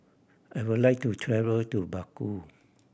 I would like to travel to Baku